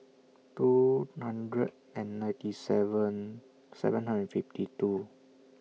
two hundred and ninety seven seven hundred fifty two